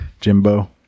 Jimbo